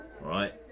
right